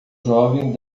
jovem